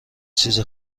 چیز